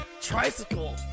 Tricycle